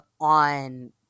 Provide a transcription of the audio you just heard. on